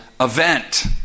event